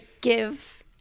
give